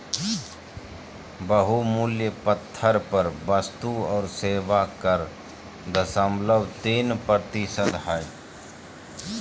बहुमूल्य पत्थर पर वस्तु और सेवा कर दशमलव तीन प्रतिशत हय